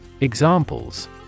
Examples